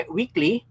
weekly